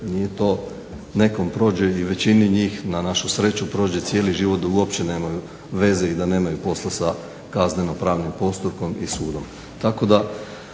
dan, nekom prođe i većini njih na našu sreću prođe cijeli život da uopće nemaju veze i da nemaju posla sa kazneno pravnim postupkom i sudom.